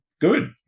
Good